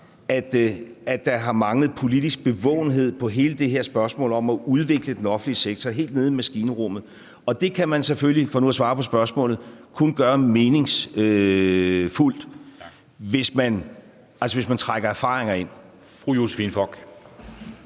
at der har manglet politisk bevågenhed om hele det her spørgsmål om at udvikle den offentlige sektor helt nede i maskinrummet. Det kan man selvfølgelig, for nu at svare på spørgsmålet, kun gøre meningsfuldt, hvis man trækker erfaringer ind.